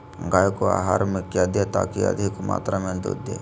गाय को आहार में क्या दे ताकि अधिक मात्रा मे दूध दे?